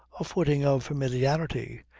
a footing of familiarity,